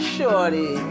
Shorty